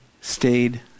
stayed